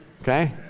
okay